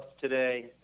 today